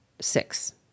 six